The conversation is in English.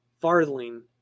farthing